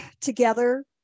together